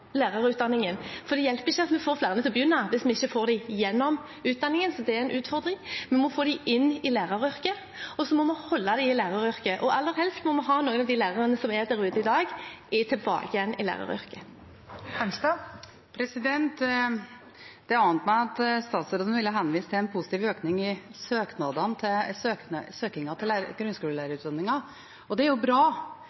Det hjelper ikke at vi får flere til å begynne, hvis vi ikke får dem igjennom utdanningen. Så det er en utfordring. Vi må få dem inn i læreryrket, og så må vi holde dem i læreryrket. Aller helst må vi ha noen av de lærerne som er der ute i dag, tilbake igjen i læreryrket. Det ante meg at statsråden ville henvise til en positiv økning i søkningen til